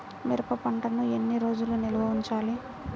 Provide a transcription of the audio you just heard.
మిరప పంటను ఎన్ని రోజులు నిల్వ ఉంచాలి?